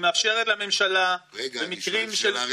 אני הייתי רוצה לבקש מכבוד השר לנסות למצוא פתרון לאותם עובדים,